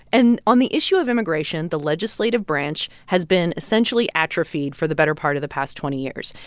and on the issue of immigration, the legislative branch has been essentially atrophied for the better part of the past twenty years.